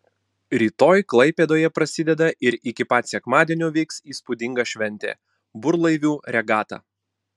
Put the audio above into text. rytoj klaipėdoje prasideda ir iki pat sekmadienio vyks įspūdinga šventė burlaivių regata